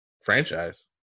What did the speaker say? franchise